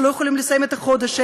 שלא יכולים לסיים את החודש,